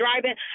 driving